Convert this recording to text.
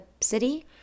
city